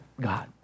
God